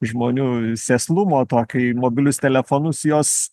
žmonių sėslumo tokio į mobilius telefonus jos